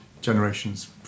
generation's